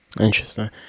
Interesting